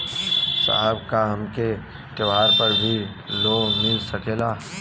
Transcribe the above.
साहब का हमके त्योहार पर भी लों मिल सकेला?